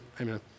amen